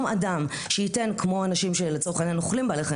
אנשים שלצורך העניין אוכלים בעלי חיים,